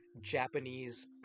Japanese